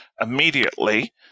immediately